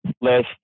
list